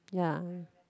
ya